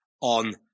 on